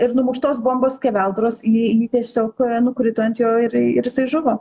ir numuštos bombos skeveldros į jį tiesiog nukrito ant jo ir ir jisai žuvo